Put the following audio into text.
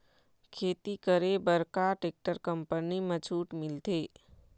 खेती करे बर का टेक्टर कंपनी म छूट मिलथे?